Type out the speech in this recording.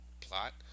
plot